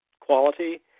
quality